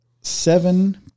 seven